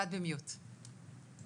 מי שמחמת גילו,